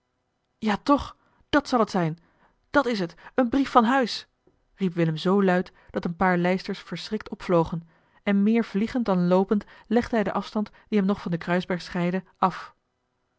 ja toch dat zal het zijn dat is het een brief van huis riep willem zoo luid dat een paar lijsters verschrikt opvlogen en meer vliegend dan loopend legde hij den afstand die hem nog van den kruisberg scheidde af